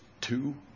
two